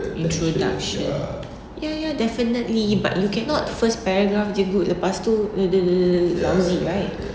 introduction ya ya definitely but you cannot first paragraph jer good lepas tu lousy right